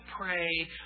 pray